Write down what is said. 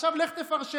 עכשיו לך תפרשן.